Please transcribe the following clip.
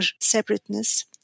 separateness